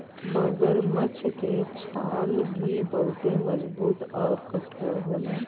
मगरमच्छ के छाल भी बहुते मजबूत आउर कठोर होला